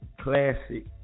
Classic